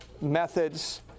methods